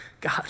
God